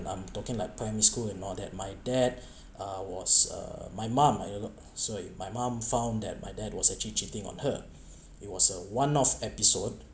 I'm talking like primary school and all that my dad uh was err my mom I don't know so he my mum found that my dad was actually cheating on her it was a one-off episode